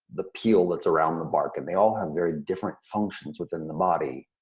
the peel that's around the bark. and they all have very different functions within the body